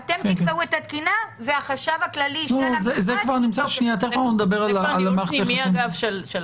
אתם תקבעו את התקינה והחשב הכללי --- תכף נדבר על מערכת היחסים.